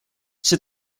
see